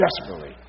desperately